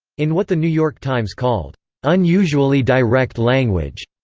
in what the new york times called unusually direct language,